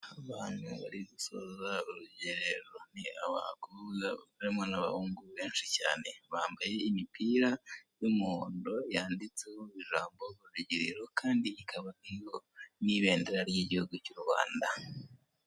Abantu barisoza urugerero, ni abakobwa barimo n'abahungu benshi cyane bambaye imipira y'umuhondo yanditseho ijambo "Urugerero" kandi ikaba n'ibendera ry'igihugu cy'u Rwanda.